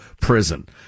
Prison